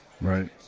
Right